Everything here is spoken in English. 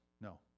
No